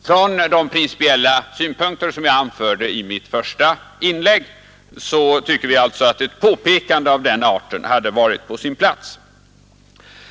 Från de principiella synpunkter som jag anförde i mitt första inlägg tycker vi att ett påpekande av den arten hade varit på sin plats.